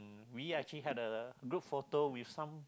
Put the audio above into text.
we actually had a group photo with some